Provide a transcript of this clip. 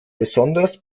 besonders